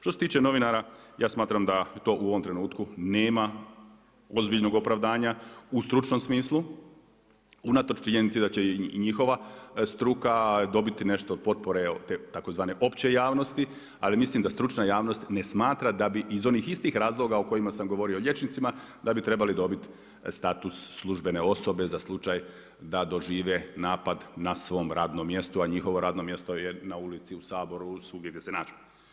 Što se tiče novinara, ja smatram da je to u ovom trenutku nema ozbiljnog opravdanja u stručnom smislu, unatoč činjenici da će i njihova struka dobiti nešto od potpore te tzv. opće javnosti, ali mislim da stručna javnost ne smatra da bi iz onih istih razloga o kojima sam govorio o liječnicima da bi trebali dobiti status službene osobe za slučaj da dožive napad na svom radnom mjestu a njihovo radno mjesto je na ulici u Saboru, svugdje gdje se nađu.